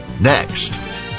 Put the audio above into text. next